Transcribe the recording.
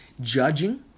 judging